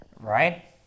right